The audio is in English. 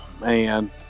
Man